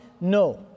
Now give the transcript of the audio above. No